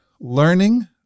learning